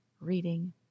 reading